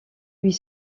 huit